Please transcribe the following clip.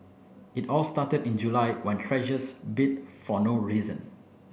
it all started in July when Treasures bit for no reason